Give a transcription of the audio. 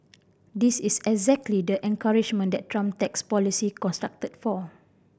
this is exactly the encouragement that Trump tax policy constructed for